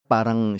parang